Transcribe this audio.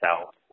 self